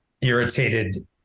irritated